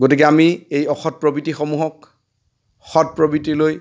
গতিকে আমি এই অসৎ প্ৰবৃত্তিসমূহক সৎ প্ৰবৃত্তিলৈ